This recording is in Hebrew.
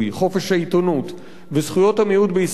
חופש העיתונות וזכויות המיעוט בישראל,